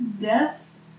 Death